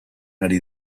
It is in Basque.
ari